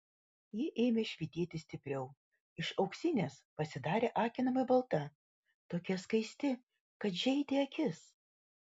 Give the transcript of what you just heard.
ji ėmė švytėti stipriau iš auksinės pasidarė akinamai balta tokia skaisti kad žeidė akis